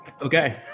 okay